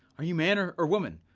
are you man or or woman,